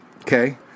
okay